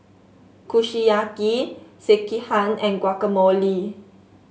Kushiyaki Sekihan and Guacamole